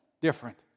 different